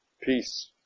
Peace